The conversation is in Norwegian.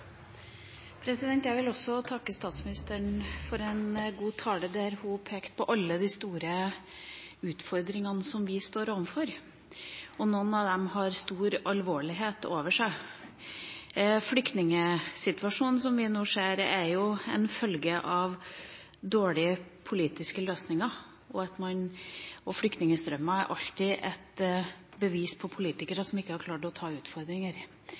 jeg vil takke statsministeren for en god tale, der hun pekte på alle de store utfordringene som vi står overfor. Noen av dem har stort alvor over seg. Flyktningsituasjonen som vi nå ser, er en følge av dårlige politiske løsninger. Flyktningstrømmer er alltid et bevis på at politikere ikke har klart å ta utfordringer